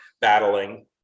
battling